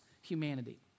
humanity